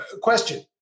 question